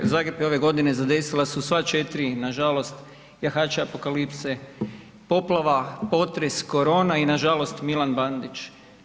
Ove, Zagreb je ove godine zadesila su sva 4 nažalost jahača apokalipse, poplava, potres, korona i nažalost Milan Bandić.